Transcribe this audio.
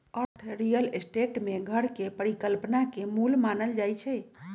अर्थ real estate में घर के परिकल्पना के मूल मानल जाई छई